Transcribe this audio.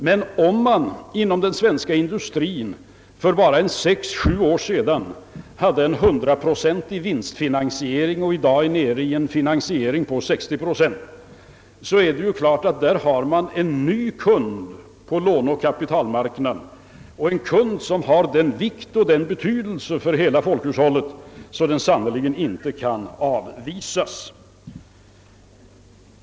Men om man inom den svenska industrien för bara sex, sju år sedan hade en hundraprocentig vinstfinansiering och i dag är nere i en finansiering på 60 procent, så är det klart att man där har en ny kund på låneoch kapitalmarknaden och en kund som har en sådan vikt och betydelse för hela folkhushållet, att den sannerligen inte kan avvisas.